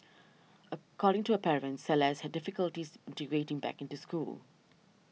according to her parents Celeste had difficulties integrating back into school